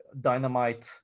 dynamite